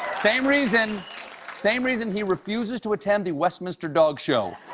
same reason same reason he refuses to attend the westminster dog show.